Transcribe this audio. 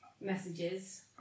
messages